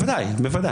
בוודאי.